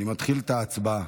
אני מתחיל את ההצבעה.